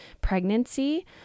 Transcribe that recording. pregnancy